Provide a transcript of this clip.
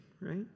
right